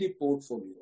portfolio